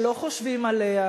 שלא חושבים עליה,